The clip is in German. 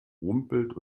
rumpelt